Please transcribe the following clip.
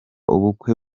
ubukwe